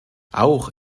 auch